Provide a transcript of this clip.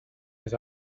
his